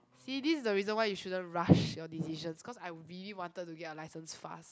see this the reason why you shouldn't rush your decisions cause I really wanted to get our licence fast